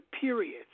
period